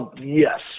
yes